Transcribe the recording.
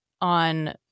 on